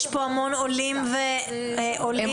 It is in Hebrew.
יש כאן